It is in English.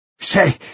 Say